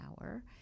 hour